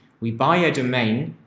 we buy a domain,